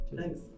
Thanks